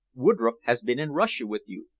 woodroffe has been in russia with you,